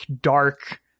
dark